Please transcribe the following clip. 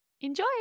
Enjoy